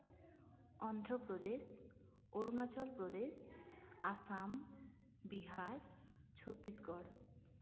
Andhra Pradesh Arunachal Pradesh Assam Bihar Chhattisgarh